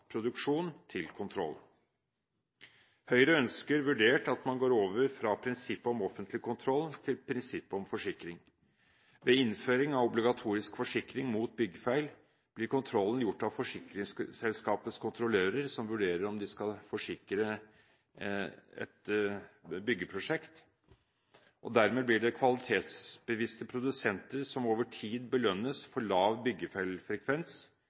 produksjon til kontroll. Høyre ønsker vurdert at man går over fra prinsippet om offentlig kontroll til prinsippet om forsikring. Ved innføring av obligatorisk forsikring mot byggefeil blir kontrollen gjort av forsikringsselskapets kontrollører, som vurderer om de skal forsikre et byggeprosjekt, og dermed blir det kvalitetsbevisste produsenter som over tid belønnes for lav